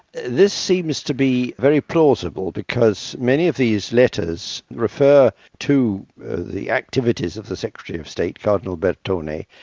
this seems to be very plausible because many of these letters refer to the activities of the secretary of state, cardinal bertone,